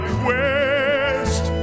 quest